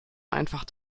einfach